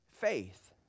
Faith